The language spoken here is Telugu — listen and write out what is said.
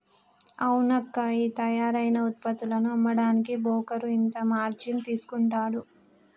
అవునక్కా ఈ తయారైన ఉత్పత్తులను అమ్మడానికి బోకరు ఇంత మార్జిన్ తీసుకుంటాడు